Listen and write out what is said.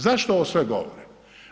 Zašto ovo sve govorim?